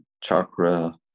chakra